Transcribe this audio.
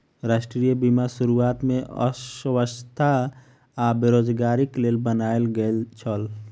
राष्ट्रीय बीमा शुरुआत में अस्वस्थता आ बेरोज़गारीक लेल बनायल गेल छल